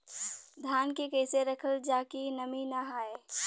धान के कइसे रखल जाकि नमी न आए?